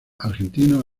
argentino